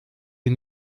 sie